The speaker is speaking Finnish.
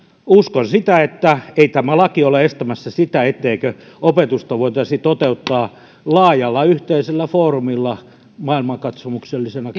uskon siihen ettei tämä laki ole estämässä sitä etteikö opetusta voitaisi toteuttaa laajalla yhteisellä foorumilla maailmankatsomuksellisena